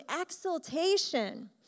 exultation